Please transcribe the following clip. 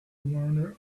learner